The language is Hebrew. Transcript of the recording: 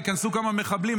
שייכנסו כמה מחבלים,